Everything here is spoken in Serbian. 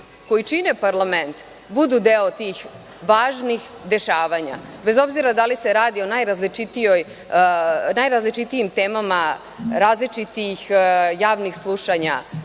koji čine parlament budu deo tih važnih dešavanja, bez obzira da li se radi o najrazličitijim temama, različitih javnih slušanja,